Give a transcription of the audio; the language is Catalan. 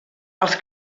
els